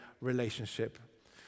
relationship